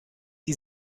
die